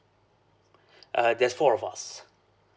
uh there's four of us